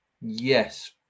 Yes